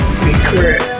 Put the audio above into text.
secret